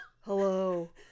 hello